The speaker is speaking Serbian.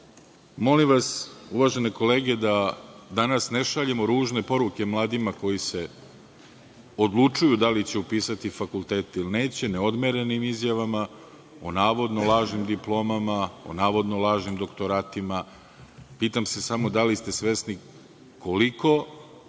bolje. Molim vas uvažene kolege da danas ne šaljemo ružne poruke mladima koji se odlučuju da li će upisati fakultete ili neće neodmerenim izjavama o navodno lažnim diplomama, o navodno lažnim doktoratitima. Pitam se samo da li ste svesni koliko